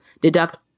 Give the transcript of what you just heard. deduct